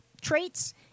traits